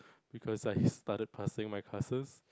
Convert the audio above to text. because I started passing my classes